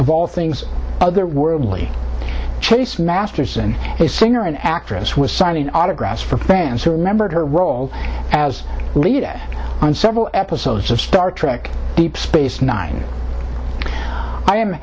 of all things otherworldly chase masterson is singer an actress was signing autographs for fans who remembered her role as leader on several episodes of star trek deep space nine i am